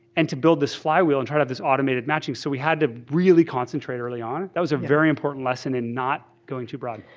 and to build this flywheel, and try out this automated matching. so we had to really concentrate early on. that was a very important lesson and not going too broadly.